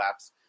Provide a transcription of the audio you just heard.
apps